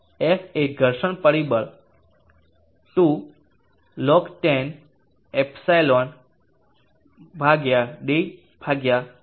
1√f f એ ઘર્ષણ પરિબળ 2log10 εd3